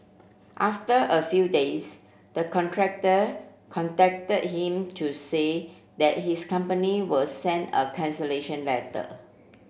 after a few days the contractor contacted him to say that his company will send a cancellation letter